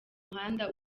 muhanda